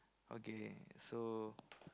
okay so